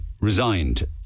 resigned